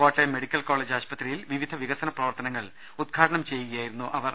Kottayam medical college ആശുപത്രിയിൽ പിവിധ വികസന പ്രവർത്തനങ്ങൾ ഉദ്ഘാടനം ചെയ്യുകയായിരുന്നു മന്ത്രി